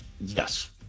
yes